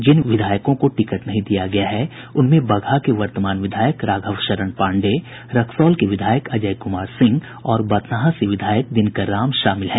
जिन विधायकों को टिकट नहीं दिया गया है उनमें बगहा के वर्तमान विधायक राघव शरण पांडेय रक्सौल के विधायक अजय कुमार सिंह और बथनाहा से विधायक दिनकर राम शामिल हैं